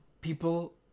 people